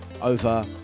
over